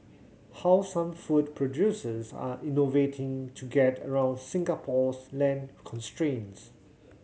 how some food producers are innovating to get around Singapore's land constraints